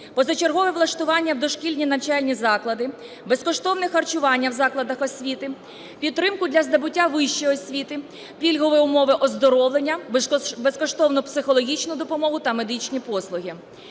позачергове влаштування в дошкільні навчальні заклади, безкоштовне харчування в закладах освіти, підтримку для здобуття вищої освіти, пільгові умови оздоровлення, безкоштовну психологічну допомогу та медичні послуги.